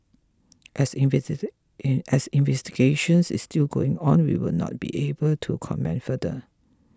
as invest in as investigations is still going on we will not be able to comment further